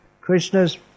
Krishna's